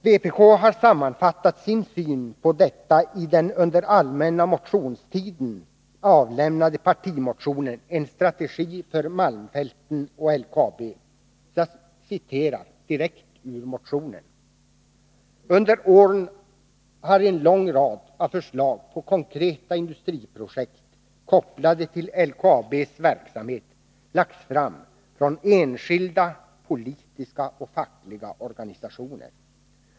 Vpk har sammanfattat sin syn på detta i den under allmänna motionstiden avlämnade partimotionen En strategi för malmfälten och LKAB. Jag citerar direkt ur motionen: ”Under åren har en lång rad av förslag på konkreta industriprojekt, kopplade till LKAB:s verksamhet, lagts fram från enskilda, politiska och fackliga organisationer.